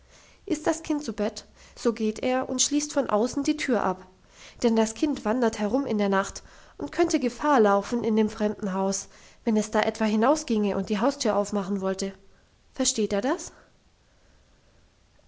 ist das kind zu bett so geht er und schließt von außen die tür ab denn das kind wandert herum in der nacht und könnte gefahr laufen in dem fremden haus wenn es etwa hinausginge und die haustür aufmachen wollte versteht er das